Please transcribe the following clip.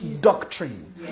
doctrine